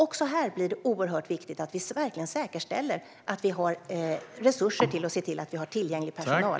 Också här blir det oerhört viktigt att vi verkligen säkerställer att vi har tillräckliga resurser för att se till att vi har tillgänglig personal.